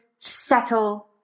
settle